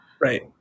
Right